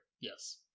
yes